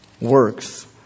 works